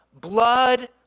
blood